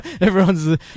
Everyone's